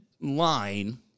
line